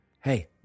hey